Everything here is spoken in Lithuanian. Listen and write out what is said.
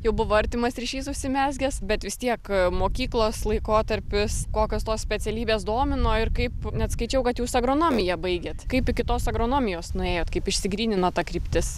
jau buvo artimas ryšys užsimezgęs bet vis tiek mokyklos laikotarpius kokios tos specialybės domino ir kaip net skaičiau kad jūs agronomiją baigėt kaip iki tos agronomijos nuėjot kaip išsigrynino ta kryptis